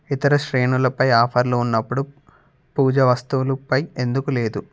ఇతర శ్రేణులపై ఆఫర్లు ఉన్నప్పుడు పూజా వస్తువులుపై ఎందుకు లేదు